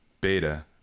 beta